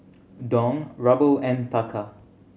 Dong Ruble and Taka